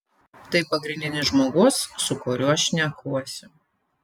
tai pagrindinis žmogus su kuriuo šnekuosi